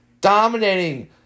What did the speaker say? dominating